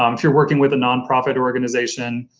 um if you're working with a nonprofit organization,